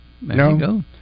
No